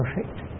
perfect